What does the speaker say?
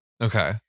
Okay